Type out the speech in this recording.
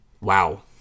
wow